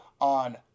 on